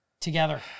together